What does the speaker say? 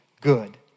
good